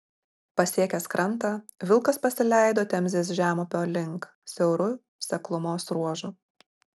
pasiekęs krantą vilkas pasileido temzės žemupio link siauru seklumos ruožu